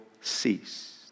cease